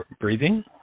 breathing